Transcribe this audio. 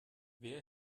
wer